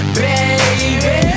baby